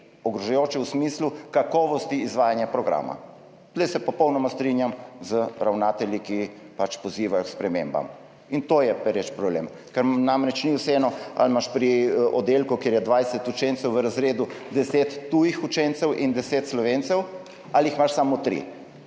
ogrožajoče v smislu kakovosti izvajanja programa. Tu se popolnoma strinjam z ravnatelji, ki pozivajo k spremembam. To je pereč problem, ker namreč ni vseeno, ali imaš pri oddelku, kjer je 20 učencev, v razredu 10 tujih učencev in 10 Slovencev ali imaš samo tri.